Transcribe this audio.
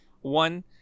one